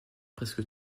presque